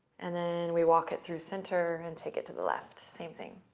and then we walk it through center and take it to the left. same thing.